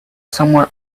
somewhere